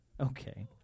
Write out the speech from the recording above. Okay